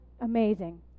amazing